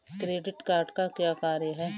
Credit card का क्या कार्य है?